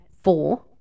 four